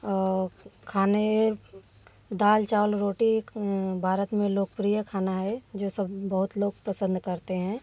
खाने दाल चावल रोटी भारत में लोकप्रिय खाना है जो सब बहुत लोग पसंद करते हैं